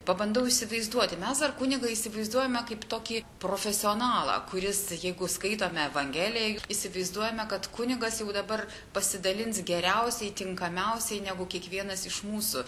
pabandau įsivaizduoti mes dar kunigą įsivaizduojame kaip tokį profesionalą kuris jeigu skaitome evangeliją įsivaizduojame kad kunigas jau dabar pasidalins geriausiai tinkamiausiai negu kiekvienas iš mūsų